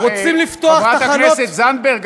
חברת הכנסת זנדברג,